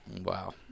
Wow